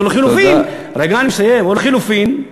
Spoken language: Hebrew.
או לחלופין, תודה.